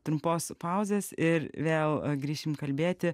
trumpos pauzės ir vėl grįšim kalbėti